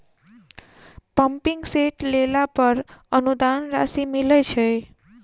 Pumping set लेला पर अनुदान राशि मिलय छैय?